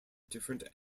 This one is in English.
different